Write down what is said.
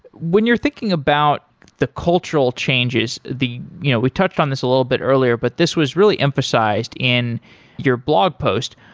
when you're thinking about the cultural changes you know we touched on this a little bit earlier, but this was really emphasized in your blog post.